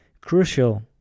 crucial